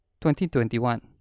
2021